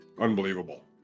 unbelievable